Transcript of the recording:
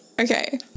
okay